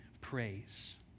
praise